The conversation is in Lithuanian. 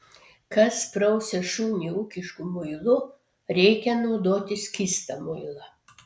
kas prausia šunį ūkišku muilu reikia naudoti skystą muilą